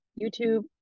YouTube